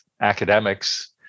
academics